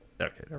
Okay